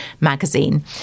magazine